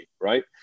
right